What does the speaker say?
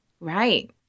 Right